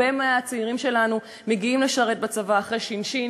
הרבה מהצעירים שלנו מגיעים לשרת בצבא אחרי ש"ש,